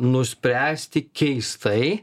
nuspręsti keistai